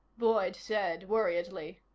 boyd said worriedly.